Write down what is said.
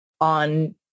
on